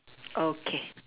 okay